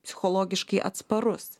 psichologiškai atsparus